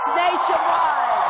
nationwide